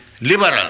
liberal